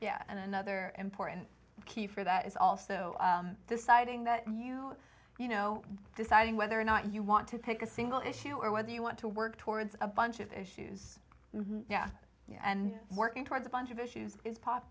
yeah and another important key for that is also deciding that you know you know deciding whether or not you want to take a single issue or whether you want to work towards a bunch of issues yeah and working towards a bunch of issues is pop